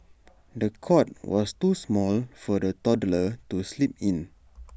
the cot was too small for the toddler to sleep in